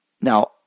now